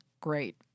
Great